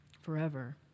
forever